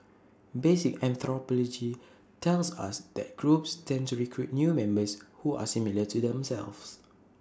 basic anthropology tells us that groups tend to recruit new members who are similar to themselves